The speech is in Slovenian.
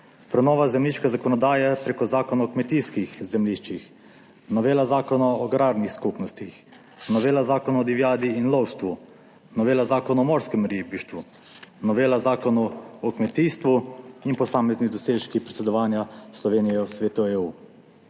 prenova zemljiške zakonodaje preko Zakona o kmetijskih zemljiščih, novela Zakona o agrarnih skupnostih, novela Zakona o divjadi in lovstvu, novela Zakona o morskem ribištvu, novela Zakona o kmetijstvu in posamezni dosežki predsedovanja Slovenije Svetu EU.